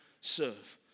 serve